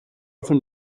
often